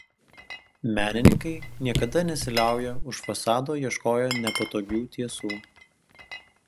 menininkai niekada nesiliauja už fasado ieškoję nepatogių tiesų